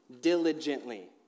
diligently